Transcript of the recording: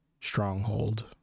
stronghold